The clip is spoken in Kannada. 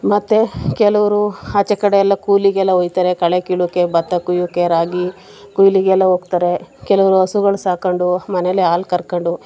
ಮತ್ತೆ ಕೆಲವರು ಆಚೆ ಕಡೆ ಎಲ್ಲ ಕೂಲಿಗೆಲ್ಲ ಹೋಗ್ತಾರೆ ಕಳೆ ಕೀಳೋಕ್ಕೆ ಭತ್ತ ಕುಯ್ಯೋಕ್ಕೆ ರಾಗಿ ಕೂಲಿಗೆಲ್ಲ ಹೋಗ್ತಾರೆ ಕೆಲವರು ಹಸುಗಳು ಸಾಕ್ಕೊಂಡು ಮನೆಯಲ್ಲೆ ಹಾಲು ಕರ್ಕೊಂಡು